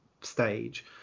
stage